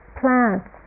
plants